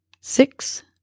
six